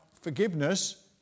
forgiveness